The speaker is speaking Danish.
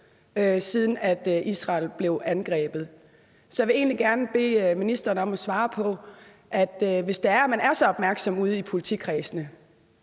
siden Israel blev angrebet. Så jeg vil egentlig gerne bede ministeren om at svare på noget. Hvis det er sådan, at man er så opmærksom på det ude i politikredsene,